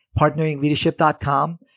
partneringleadership.com